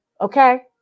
Okay